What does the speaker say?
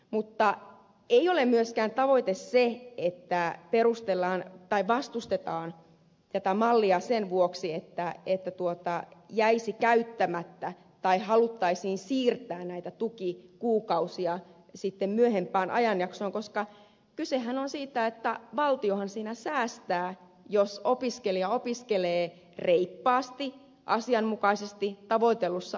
mutta ei ole myöskään tavoite se että vastustetaan tätä mallia sen vuoksi että jäisi käyttämättä tai haluttaisiin siirtää näitä tukikuukausia myöhempään ajanjaksoon koska kysehän on siitä että valtiohan siinä säästää jos opiskelija opiskelee reippaasti asianmukaisesti tavoitellussa ajassa